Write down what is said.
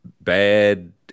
bad